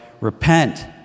Repent